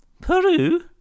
Peru